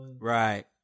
Right